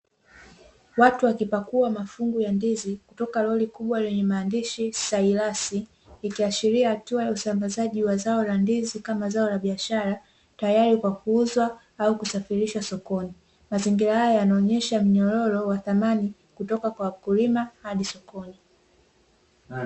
Watu wakipakua mafungu ya ndizi toka lori kubwa lenye maandishi SILAS likiashiria hatua ya usambazaji wa zao la ndizi kama zao la biashara, tayari kwa kuuzwa au kusafirishwa sokoni. Mazingira haya yanaonyesha mnyororo wa thamani kutoka kwa wakulima hadi sokoni.